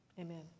amen